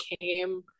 came